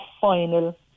final